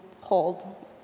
hold